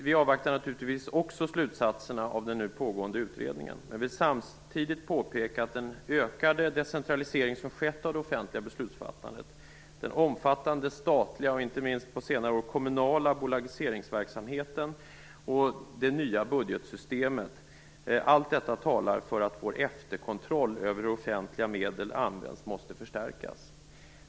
Vi avvaktar naturligtvis också slutsatserna av den pågående utredningen men vill samtidigt påpeka att den ökade decentralisering som skett av det offentliga beslutsfattandet, den omfattande statliga och inte minst på senare år kommunala bolagiseringsverksamheten och det nya budgetsystemet talar för att vår efterkontroll över hur offentliga medel används måste förstärkas.